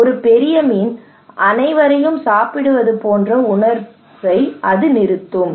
ஒரு பெரிய மீன் அனைவரையும் சாப்பிடுவது போன்ற உணர்வை அது நிறுத்தும்